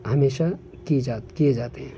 ہمیشہ کی جا کیے جاتے ہیں